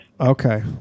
Okay